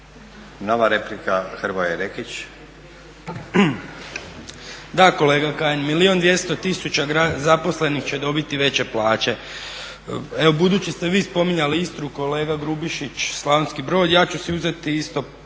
**Nekić, Hrvoje (SDP)** Da kolega Kajin, milijun i 200 tisuća zaposlenih će dobiti veće plaće. Evo budući ste vi spominjali Istru, kolega Grubišić Slavonski Brod, ja ću si uzeti isto